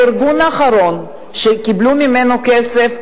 הארגון האחרון שקיבלו ממנו כסף,